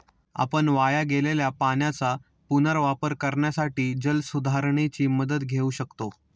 आपण वाया गेलेल्या पाण्याचा पुनर्वापर करण्यासाठी जलसुधारणेची मदत घेऊ शकतो